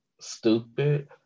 stupid